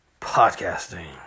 podcasting